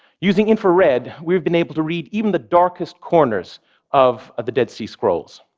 using infrared, we've been able to read even the darkest corners of ah the dead sea scrolls.